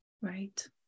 Right